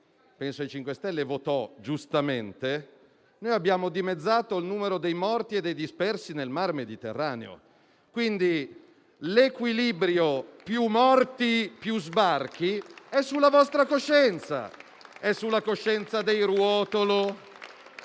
(penso ai Cinque Stelle) votò, giustamente, abbiamo dimezzato il numero dei morti e dei dispersi nel Mar Mediterraneo, quindi l'equilibrio più morti-più sbarchi è sulla vostra coscienza. È sulla coscienza dei Ruotolo,